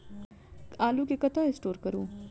आलु केँ कतह स्टोर करू?